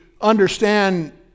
understand